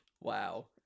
wow